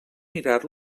mirar